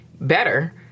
better